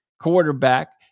Quarterback